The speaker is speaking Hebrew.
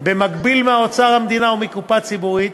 במקביל מאוצר המדינה ומקופה ציבורית,